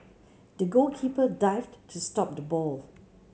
the goalkeeper dived to stop the ball